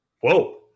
Whoa